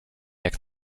jak